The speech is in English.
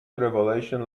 revelation